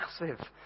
massive